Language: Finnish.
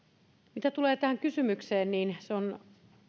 mitä tulee tähän kysymykseen niin se on